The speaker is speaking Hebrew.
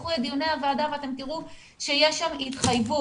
תפתחו את דיוני הוועדה ואתם תראו שיש שם התחייבות.